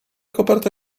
koperta